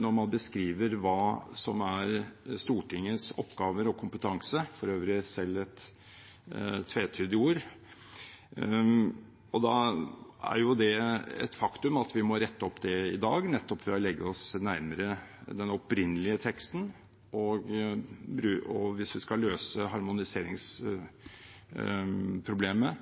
når man beskriver hva som er Stortingets oppgaver og kompetanse – for øvrig selv et tvetydig ord. Da er det et faktum at vi må rette opp det i dag, nettopp ved å legge oss nærmere den opprinnelige teksten. Hvis vi skal løse harmoniseringsproblemet,